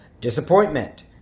disappointment